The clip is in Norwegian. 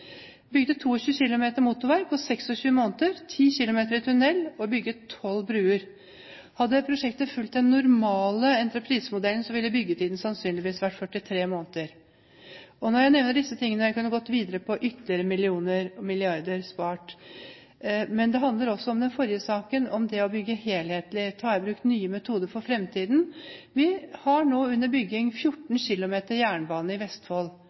bygde 22 km med motorvei på 26 måneder. 10 km gikk i tunnel, og man bygget 12 broer. Hadde det prosjektet fulgt den «normale» entreprisemodellen, ville byggetiden sannsynligvis vært 43 måneder. Når jeg nevner disse tingene – jeg kunne gått videre på ytterligere millioner og milliarder spart – handler det også om den forrige saken, om å bygge helhetlig, å ta i bruk nye metoder for fremtiden. Vi har nå under bygging 14 km jernbane i Vestfold,